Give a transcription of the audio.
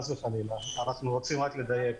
אנחנו רוצים רק לדייק,